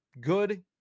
good